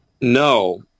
no